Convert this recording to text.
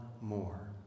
more